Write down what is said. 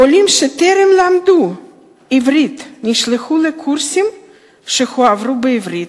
עולים שטרם למדו עברית נשלחו לקורסים שהועברו בעברית.